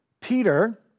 Peter